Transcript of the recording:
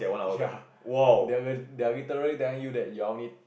ya they they are literally tell you that you're only